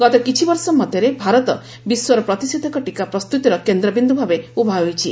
ଗତ କିଛିବର୍ଷ ମଧ୍ୟରେ ଭାରତ ବିଶ୍ୱର ପ୍ରତିଷେଧକ ଟୀକା ପ୍ରସ୍ତୁତିର କେନ୍ଦ୍ରବିନ୍ଦୁଭାବେ ଉଭା ହୋଇଛି